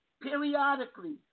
periodically